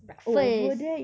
breakfast